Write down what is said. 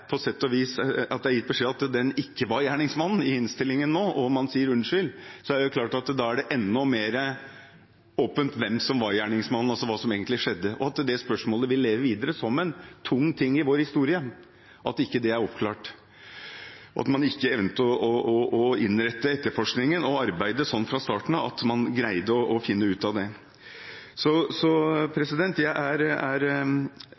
det klart at det er enda mer åpent hvem som var gjerningsmannen, og hva som egentlig skjedde. Det spørsmålet vil leve videre som noe tungt i vår historie – at det ikke er oppklart, og at man ikke evnet å innrette etterforskningen og arbeidet slik fra starten av at man greide å finne ut av det. Jeg mener vi kan si at den jobben Stortinget har gjort, og det politiet først gjorde ved å gjenoppta etterforskningen, er